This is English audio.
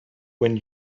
when